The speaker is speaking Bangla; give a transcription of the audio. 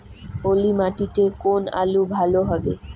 পলি মাটিতে কোন আলু ভালো হবে?